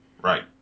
Right